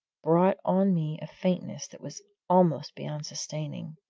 brought on me a faintness that was almost beyond sustaining.